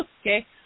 okay